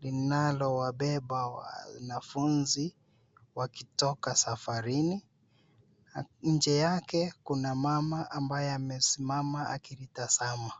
Linalowabeba wanafunzi, wakitoka safarini. Nje yake kuna mama ambaye amesimama akilitazama.